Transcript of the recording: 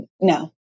No